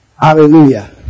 Hallelujah